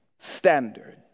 standard